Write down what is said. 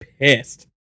pissed